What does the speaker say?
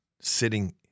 sitting